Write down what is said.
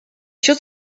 should